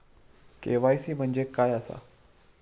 KYC म्हणजे काय आसा?